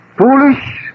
Foolish